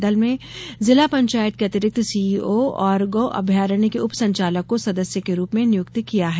दल में जिला पंचायत को अतिरिक्त सीईओ और गौ अभ्यारण के उप संचालक को सदस्य के रूप में नियुक्त किया है